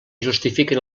justifiquen